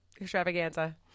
extravaganza